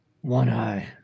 One-Eye